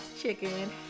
Chicken